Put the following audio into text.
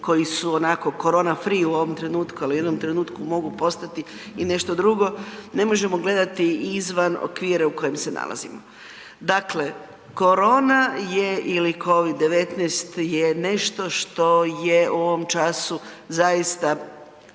koji su onako korona free u ovom trenutku, ali u jednom trenutku mogu postati i nešto drugo, ne možemo gledati i izvan okvira u kojem se nalazimo. Dakle korona ili COVID-19 je nešto što je u ovom času zaista